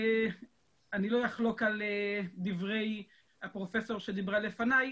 אני לא אחלוק על דברי הפרופסור שדיברה לפניי,